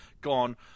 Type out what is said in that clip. gone